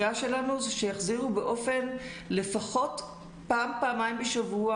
הקריאה שלנו זה שיחזירו באופן לפחות פעם-פעמיים בשבוע